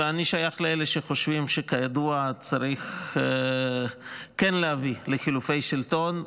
ואני שייך לאלה שחושבים שכידוע צריך כן להביא לחילופי שלטון,